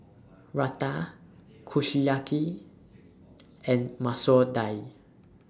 Raita Kushiyaki and Masoor Dal